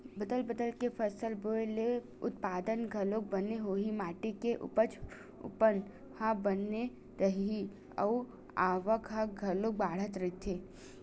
बदल बदल के फसल बोए ले उत्पादन घलोक बने होही, माटी के उपजऊपन ह बने रइही अउ आवक ह घलोक बड़ाथ रहीथे